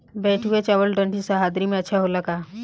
बैठुआ चावल ठंडी सह्याद्री में अच्छा होला का?